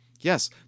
Yes